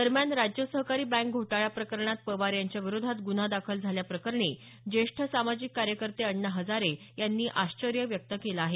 दरम्यान राज्य सहकारी बँक घोटाळा प्रकरणात पवार यांच्याविरोधात गुन्हा दाखल झाल्या प्रकरणी ज्येष्ठ सामाजिक कार्यकर्ते अण्णा हजारे यांनी आश्चर्य व्यक्त केलं आहे